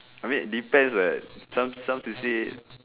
I mean depends leh some some to say